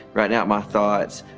writing out my thoughts,